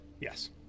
yes